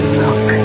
look